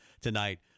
tonight